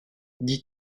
dis